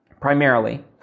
primarily